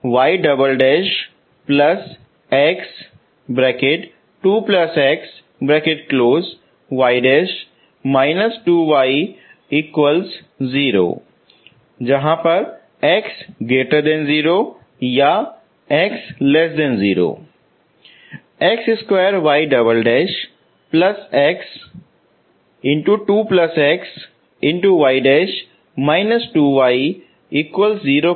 x 2 y" x 2x y 2y 0 को हल करें x 0 या x0 जो भी डोमेन है